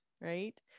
right